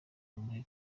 umuhe